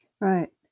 Right